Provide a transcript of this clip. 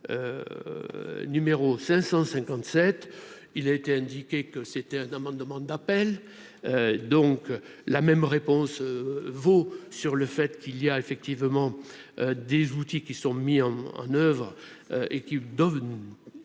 numéro 557 il a été indiqué que c'était un amendement d'appel donc la même réponse vaut sur le fait qu'il y a effectivement des outils qui sont mis en en oeuvre et qui doivent